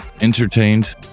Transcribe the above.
entertained